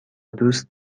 دوست